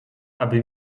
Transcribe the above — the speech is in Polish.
aby